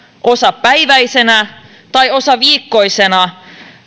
osapäiväisenä tai osaviikkoisena